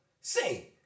Say